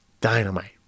Dynamite